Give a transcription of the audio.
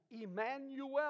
Emmanuel